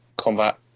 combat